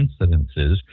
incidences